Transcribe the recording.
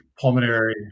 pulmonary